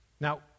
Now